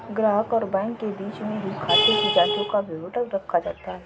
ग्राहक और बैंक के बीच में ही खाते की जांचों का विवरण रखा जाता है